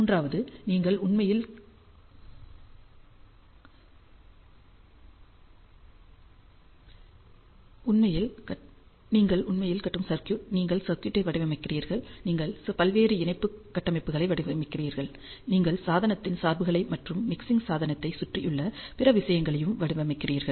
மூன்றாவது நீங்கள் உண்மையில் கட்டும் சர்க்யூட் நீங்கள் சர்க்யூட்டை வடிவமைக்கிறீர்கள் நீங்கள் பல்வேறு இணைப்பு கட்டமைப்புகளை வடிவமைக்கிறீர்கள் நீங்கள் சாதனத்தின் சார்புகளை மற்றும் மிக்சிங் சாதனத்தைச் சுற்றியுள்ள பிற விஷயங்களையும் வடிவமைக்கிறீர்கள்